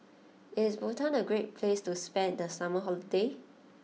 is Bhutan a great place to spend the summer holiday